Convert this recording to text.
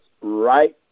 right